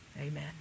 Amen